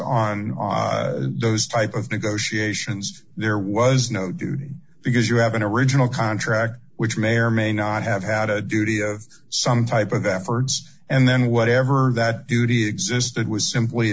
on those type of negotiations there was no duty because you have an original contract which may or may not have had a duty of some type of the efforts and then whatever that duty existed was simply